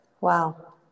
Wow